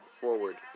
forward